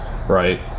Right